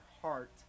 heart